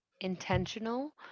intentional